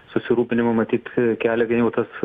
susirūpinimą matyt kelia vien jau tas